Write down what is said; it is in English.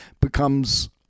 becomes